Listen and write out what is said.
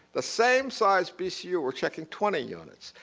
the same size bcu, we're checking twenty units.